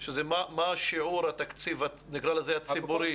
מה שיעור התקציב הציבורי?